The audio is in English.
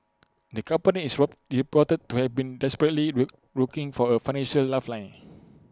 the company is reported to have been desperately looking for A financial lifeline